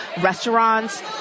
restaurants